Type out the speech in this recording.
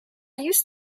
used